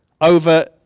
over